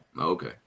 Okay